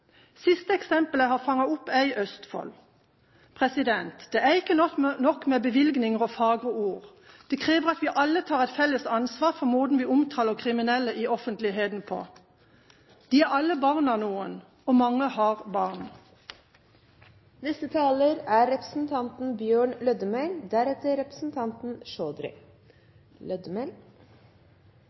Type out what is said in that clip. Siste eksempel jeg har fanget opp, er i Østfold. Det er ikke nok med bevilgninger og fagre ord. Det krever at vi alle tar et felles ansvar for måten vi omtaler kriminelle på i offentligheten. De er alle barn av noen, og mange har barn. Trygge lokalsamfunn er